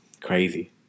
Crazy